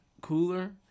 cooler